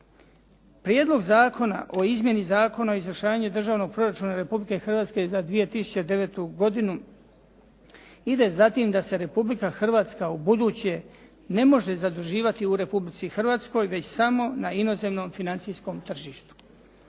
Prijedlog zakona o izmjeni Zakona o izvršavanju državnog proračuna Republike Hrvatske za 2009. godinu ide za tim da se Republika Hrvatska ubuduće ne može zadužiti u Republici Hrvatskoj već samo na inozemnom financijskom tržištu.